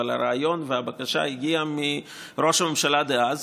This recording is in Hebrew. אבל הרעיון והבקשה הגיעו מראש הממשלה דאז